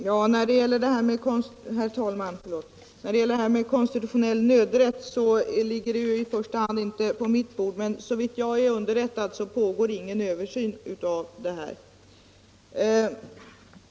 Herr talman! Frågan om konstitutionell nödrätt ligger inte i första hand på mitt bord, men såvitt jag är underrättad pågår ingen översyn av det problemkomplexet.